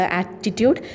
attitude